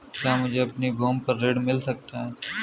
क्या मुझे अपनी भूमि पर ऋण मिल सकता है?